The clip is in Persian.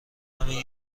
همین